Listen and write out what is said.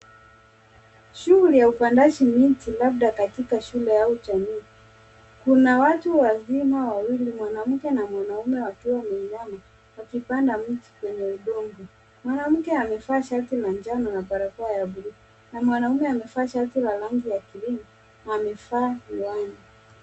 Shughuli ya upandaji miti labda katika shule au jamii. Kuna watu wazima wawili mwanamke na mwanaume wakiwa wameinama wakipanda miti kwenye udongo. Mwanamke amevaa shati la njano na barakoa bluu na mwanaume amevaa shati la rangi ya bluu na amevaa miwani.